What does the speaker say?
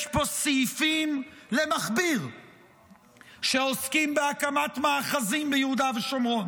יש פה סעיפים למכביר שעוסקים בהקמת מאחזים ביהודה ושומרון,